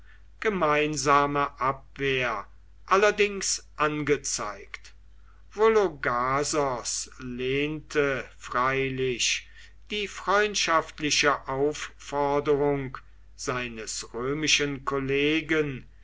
gemeinsame abwehr allerdings angezeigt vologasos lehnte freilich die freundschaftliche aufforderung seines römischen kollegen